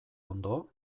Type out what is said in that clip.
ondo